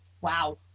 Wow